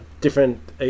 different